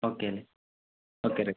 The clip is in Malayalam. ഓക്കെ അല്ലേ ഓക്കെ റൈറ്റ്